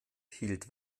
hielt